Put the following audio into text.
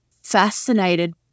fascinated